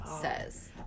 says